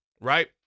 right